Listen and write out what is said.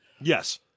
Yes